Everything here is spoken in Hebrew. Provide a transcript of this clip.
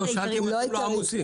היא לא העיקרית.